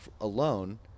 alone